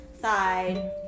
side